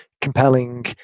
compelling